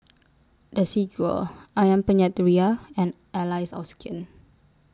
Desigual Ayam Penyet Ria and Allies of Skin